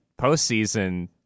postseason